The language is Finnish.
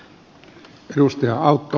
se on tärkeätä